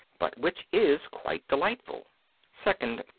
but which is quite delightful second,